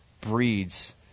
breeds